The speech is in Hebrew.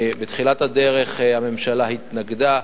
בתחילת הדרך הממשלה התנגדה.